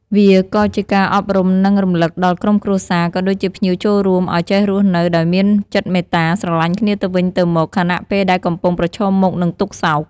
វាក៏ជាការអប់រំ និងរំលឹកដល់ក្រុមគ្រួសារ ក៏ដូចជាភ្ញៀវចូលរួម ឲ្យចេះរស់នៅដោយមានចិត្តមេត្តា ស្រឡាញ់គ្នាទៅវិញទៅមក ខណៈពេលដែលកំពុងប្រឈមមុខនឹងទុក្ខសោក។